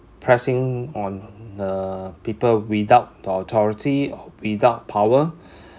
pressing on the people without the authority or without power